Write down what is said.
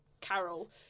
Carol